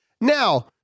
now